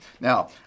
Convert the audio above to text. Now